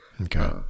Okay